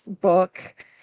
book